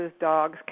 dogs